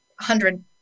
hundred